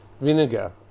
vinegar